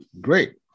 great